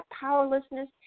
powerlessness